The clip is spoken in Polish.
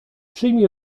przyjmij